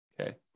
okay